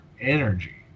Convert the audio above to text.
energy